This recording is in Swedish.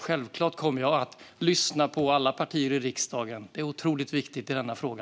Självklart kommer jag att lyssna på alla partier i riksdagen. Det är otroligt viktigt i denna fråga.